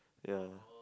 ya